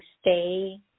Stay